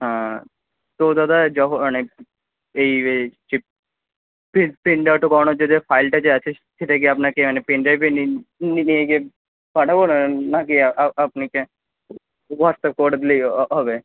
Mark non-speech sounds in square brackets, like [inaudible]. হ্যাঁ তো দাদা যখন মানে এই এই যে প্রিন্ট প্রিন্ট আউটটা করানোর জন্য ফাইলটা যে আছে সেটা কি আপনাকে মানে পেনড্রাইভে নিয়ে নিয়ে গিয়ে পাঠাবো না কি আপনাকে [unintelligible] করে দিলেই হবে